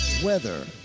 Weather